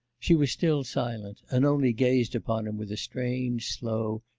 she was still silent, and only gazed upon him with a strange, slow,